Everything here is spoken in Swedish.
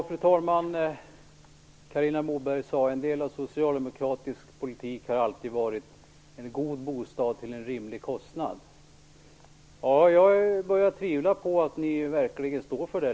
Fru talman! Carina Moberg sade att en del av socialdemokratisk politik alltid har handlat om en god bostad till en rimlig kostnad. Jag börjar tvivla på att ni fortfarande står för det.